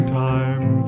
time